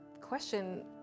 question